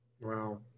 Wow